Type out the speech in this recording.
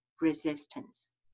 resistance